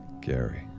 Gary